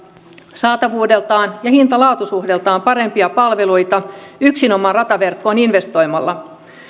saatavuudeltaan ja hinta laatu suhteeltaan parempia palveluita yksinomaan rataverkkoon investoimalla